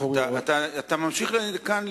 אתה ממשיך לעמוד כאן.